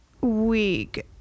week